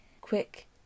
quick